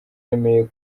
bemeye